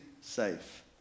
safe